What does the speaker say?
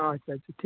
আচ্ছা আচ্ছা ঠিক